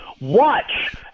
watch